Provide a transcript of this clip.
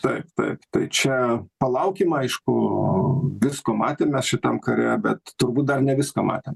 taip taip tai čia palaukim aišku visko matėm mes šitam kare bet turbūt dar ne viską matėm